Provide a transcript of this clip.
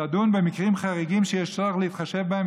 תדון במקרים חריגים שיש צורך להתחשב בהם,